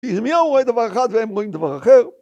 ירמיהו רואה דבר אחד והם רואים דבר אחר